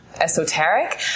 esoteric